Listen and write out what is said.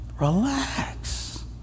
Relax